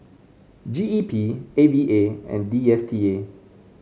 G E P A V A and D S T A